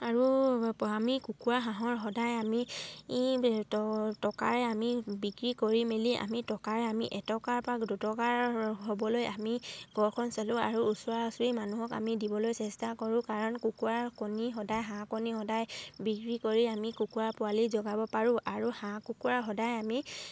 আৰু আমি কুকুৰা হাঁহৰ সদায় আমি ই টকাৰে আমি বিক্ৰী কৰি মেলি আমি টকাৰে আমি এটকাৰ পা দুটকাৰ হ'বলৈ আমি ঘৰখন চলোঁ আৰু ওচৰা ওচৰি মানুহক আমি দিবলৈ চেষ্টা কৰোঁ কাৰণ কুকুৰাৰ কণী সদায় হাঁহ কণী সদায় বিক্ৰী কৰি আমি কুকুৰা পোৱালি জগাব পাৰোঁ আৰু হাঁহ কুকুৰা সদায় আমি